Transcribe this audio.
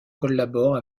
collabore